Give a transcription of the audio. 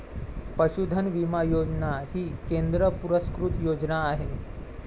पशुधन विमा योजना ही केंद्र पुरस्कृत योजना आहे